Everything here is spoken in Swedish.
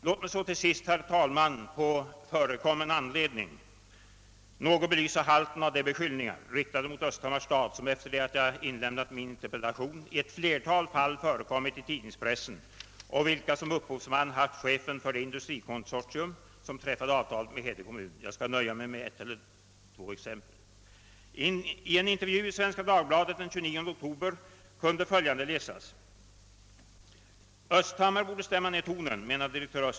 Låt mig slutligen på förekommen anledning belysa halten av de beskyllningar mot Östhammars stad som efter det att jag framställde min interpellation har förekommit i tidningspressen och vilka som upphovsman har chefen för det industrikonsortium som träffade avtalet med Hede kommun. Jag nöjer mig med ett eller ett par exempel. I en intervju i Svenska Dagbladet den 29 oktober kunde man läsa följande: »Östhammar borde stämma ned tonen, menar dir. ———.